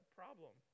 problem